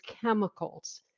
chemicals